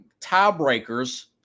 tiebreakers